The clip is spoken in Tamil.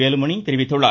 வேலுமணி தெரிவித்துள்ளார்